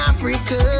Africa